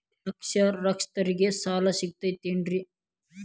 ಅನಕ್ಷರಸ್ಥರಿಗ ಸಾಲ ಸಿಗತೈತೇನ್ರಿ?